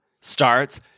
starts